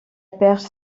perche